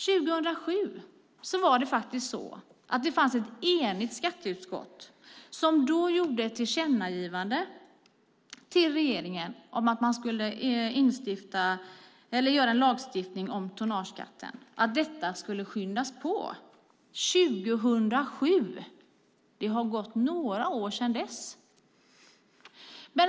År 2007 var det faktiskt så att det fanns ett enigt skatteutskott som gjorde ett tillkännagivande till regeringen om att utforma en lagstiftning om tonnageskatten och att detta skulle skyndas på. År 2007 - det har gått några år sedan dess.